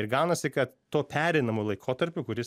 ir gaunasi kad tuo pereinamu laikotarpiu kuris